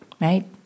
right